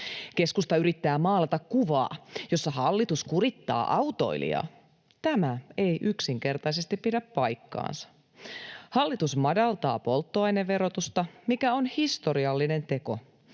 Keskusta yrittää maalata kuvaa, jossa hallitus kurittaa autoilijaa. Tämä ei yksinkertaisesti pidä paikkaansa. Hallitus madaltaa polttoaineverotusta, mikä on historiallinen teko.